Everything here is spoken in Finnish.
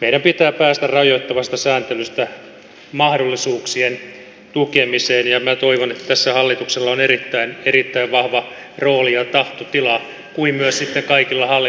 meidän pitää päästä rajoittavasta sääntelystä mahdollisuuksien tukemiseen ja minä toivon että tässä hallituksella on erittäin vahva rooli ja tahtotila kuin myös sitten kaikilla hallinnon portailla